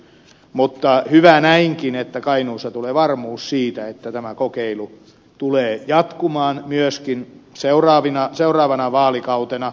mutta hyvä näinkin että kainuussa tulee varmuus siitä että tämä kokeilu tulee jatkumaan myöskin seuraavana vaalikautena